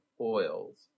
oils